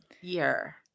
year